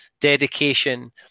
dedication